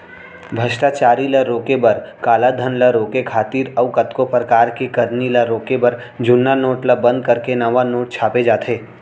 भस्टाचारी ल रोके बर, कालाधन ल रोके खातिर अउ कतको परकार के करनी ल रोके बर जुन्ना नोट ल बंद करके नवा नोट छापे जाथे